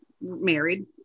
married